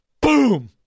boom